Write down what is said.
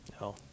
No